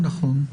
נכון.